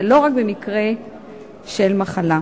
ולא רק במקרה של מחלה.